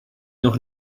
noch